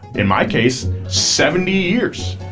in my case seventy years.